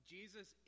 Jesus